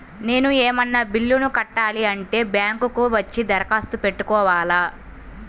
నేను ఏమన్నా బిల్లును కట్టాలి అంటే బ్యాంకు కు వచ్చి దరఖాస్తు పెట్టుకోవాలా?